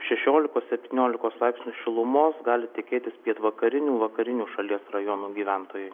šešiolikos septyniolikos laipsnių šilumos gali tikėtis pietvakarinių vakarinių šalies rajonų gyventojai